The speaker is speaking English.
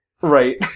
Right